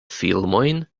filmojn